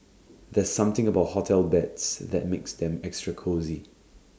there's something about hotel beds that makes them extra cosy